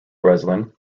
breslin